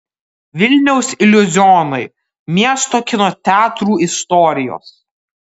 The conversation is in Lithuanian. vilniaus iliuzionai miesto kino teatrų istorijos